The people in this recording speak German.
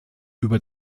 über